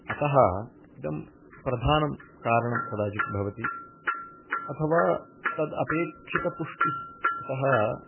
अतः इदं प्रधानं कारणं कदाचित् भवति अथवा तद् अपेक्षितपुष्टिः यतः